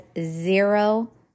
zero